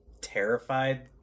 terrified